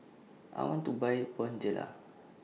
I want to Buy Bonjela